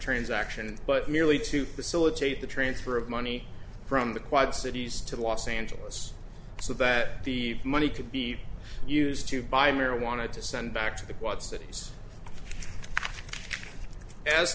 transaction but merely to facilitate the transfer of money from the quad cities to los angeles so that the money could be used to buy marijuana to send back to the quad cities as